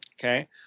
Okay